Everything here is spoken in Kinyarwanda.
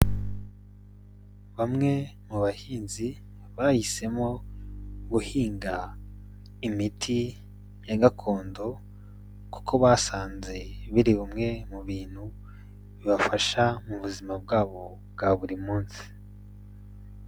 Bamwe mu bahinzi bahisemo guhinga imiti ya gakondo kuko basanze biri bumwe mu bintu bibafasha mu buzima bwabo bwa buri munsi.